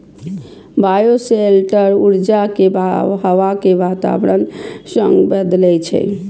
bioshelter ऊर्जा कें हवा के वातावरण सं बदलै छै